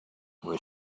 were